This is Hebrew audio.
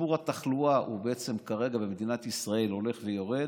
סיפור התחלואה כרגע במדינת ישראל הולך ויורד,